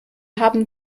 haben